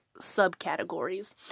subcategories